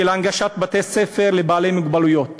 של הנגשת בתי-הספר לבעלי מוגבלויות.